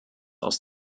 aus